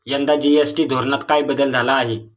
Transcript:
यंदा जी.एस.टी धोरणात काय बदल झाला आहे?